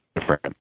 different